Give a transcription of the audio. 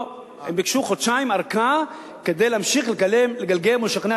הם ביקשו חודשיים ארכה כדי להמשיך לגלגל ולשכנע